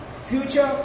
future